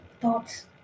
thoughts